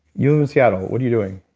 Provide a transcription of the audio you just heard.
you live in seattle. what are you doing?